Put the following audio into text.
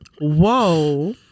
whoa